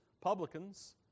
publicans